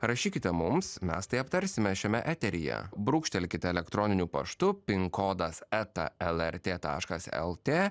rašykite mums mes tai aptarsime šiame eteryje brūkštelkit elektroniniu paštu pinkodas eta lrt taškas lt